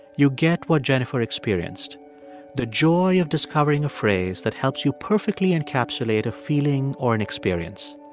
you get what jennifer experienced the joy of discovering a phrase that helps you perfectly encapsulate a feeling or an experience.